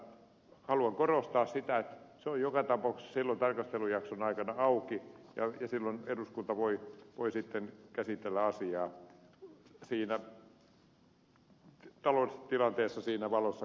mutta haluan korostaa sitä että se on joka tapauksessa silloin tarkastelujakson aikana auki ja silloin eduskunta voi käsitellä asiaa siinä taloustilanteessa siinä valossa kuin haluaa